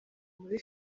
muri